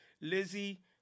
Lizzie